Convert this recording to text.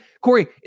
Corey